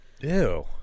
Ew